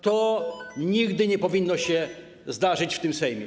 To nigdy nie powinno się zdarzyć w tym Sejmie.